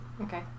Okay